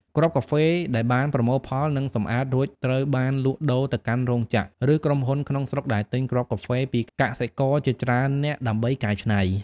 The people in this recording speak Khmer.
គ្រាប់កាហ្វេដែលបានប្រមូលផល និងសម្អាតរួចត្រូវបានលក់ដូរទៅកាន់រោងចក្រ ឬក្រុមហ៊ុនក្នុងស្រុកដែលទិញគ្រាប់កាហ្វេពីកសិករជាច្រើននាក់ ដើម្បីកែច្នៃ។